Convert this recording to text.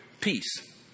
peace